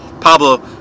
Pablo